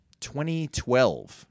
2012